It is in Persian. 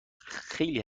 خیلی